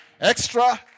Extra